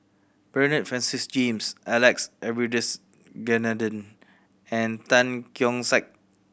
Bernard Francis James Alex Abisheganaden and Tan Keong Saik